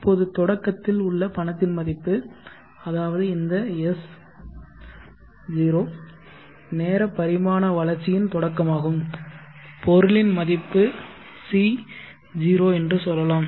இப்போது தொடக்கத்தில் உள்ள பணத்தின் மதிப்பு அதாவது இந்த S 0 நேர பரிணாம வளர்ச்சியின் தொடக்கமாகும் பொருளின் மதிப்பு C 0 என்று சொல்லலாம்